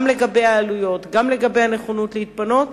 גם לגבי העלויות, גם לגבי הנכונות להתפנות.